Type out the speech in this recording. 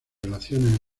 relaciones